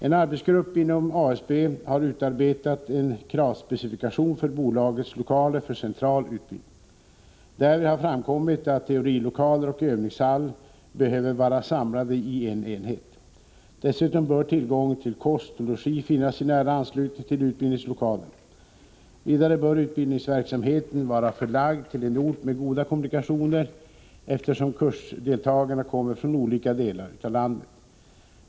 En arbetsgrupp inom ASB har utarbetat en kravspecifikation för bolagets lokaler för central utbildning. Därvid har framkommit att teorilokaler och övningshall behöver vara samlade i en enhet. Dessutom bör tillgång till kost och logi finnas i nära anslutning till utbildninglokalerna. Vidare bör utbildningsverksamheten vara förlagd till en ort med goda kommunikationer, eftersom kursdeltagarna kommer från olika delar av landet.